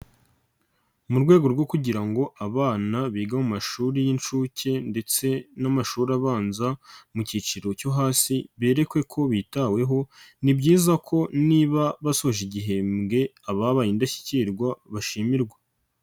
Mu rwego rwo kugira ngo abana biga mu mashuri y'inshuke ndetse n'amashuri abanza mu cyiciro cyo hasi berekwe ko bitaweho, ni byiza ko niba basoje igihembwe ababaye indashyikirwa bashimirwa.